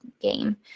game